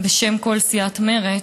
בשם כל סיעת מרצ,